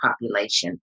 population